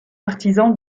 partisan